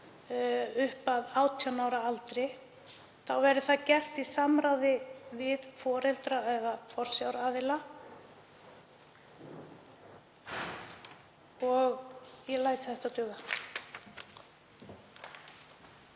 upp að 18 ára aldri verði það að vera gert í samráði við foreldra eða forsjáraðila. Ég læt þetta duga.